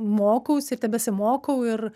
mokausi ir tebesimokau ir